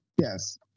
Yes